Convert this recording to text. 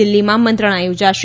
દિલ્હીમાં મંત્રણા યોજાશે